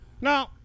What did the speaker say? No